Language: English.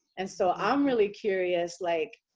and so i'm really curious, like,